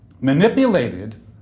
manipulated